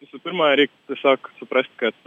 visų pirma reik tiesiog suprast kad